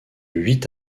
huit